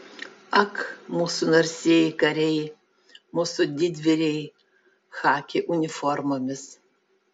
ak mūsų narsieji kariai mūsų didvyriai chaki uniformomis